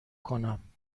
کنم